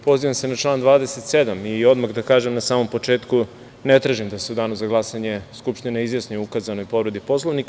Pozivam se na član 27. i odmah da kažem na samom početku ne tražim da se u danu za glasanje Skupština izjasni o ukazanoj povredi Poslovnika.